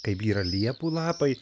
kaip byra liepų lapai